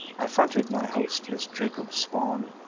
i fronted my host, this jacob spawn.